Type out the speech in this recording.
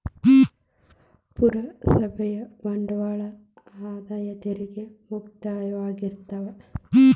ಪುರಸಭೆಯ ಬಾಂಡ್ಗಳ ಆದಾಯ ತೆರಿಗೆ ಮುಕ್ತವಾಗಿರ್ತಾವ